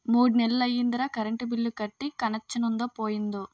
మూడ్నెల్లయ్యిందిరా current bill కట్టీ కనెచ్చనుందో పోయిందో